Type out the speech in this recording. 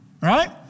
Right